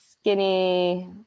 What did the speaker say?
skinny